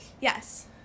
Yes